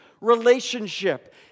relationship